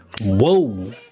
Whoa